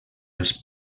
els